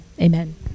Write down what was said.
amen